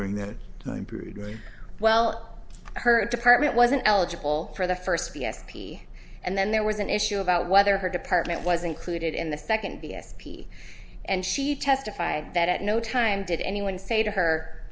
brute well her department wasn't eligible for the first p s p and then there was an issue about whether her department was included in the second b s p and she testified that at no time did anyone say to her